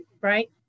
right